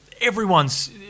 everyone's